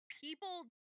people